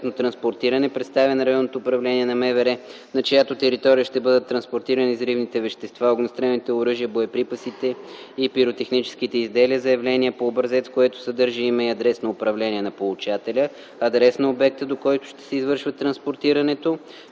адрес на обекта, до който ще се извършва транспортирането,